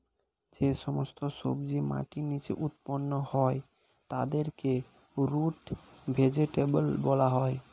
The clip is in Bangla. যে সমস্ত সবজি মাটির নিচে উৎপন্ন হয় তাদেরকে রুট ভেজিটেবল বলা হয়